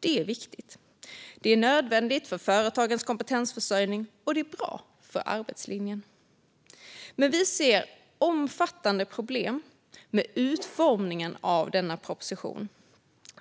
Det är viktigt. Det är nödvändigt för företagens kompetensförsörjning, och det är bra för arbetslinjen. Vi ser dock omfattande problem i utformningen av denna proposition.